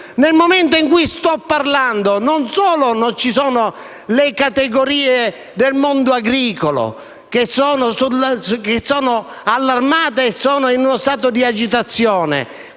Nel momento in cui sto parlando, le categorie del mondo agricolo sono allarmate e in uno stato di agitazione,